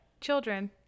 children